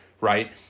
Right